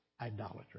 idolatry